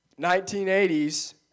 1980s